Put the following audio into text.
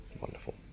wonderful